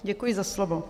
Děkuji za slovo.